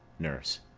nurse.